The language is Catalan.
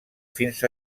fins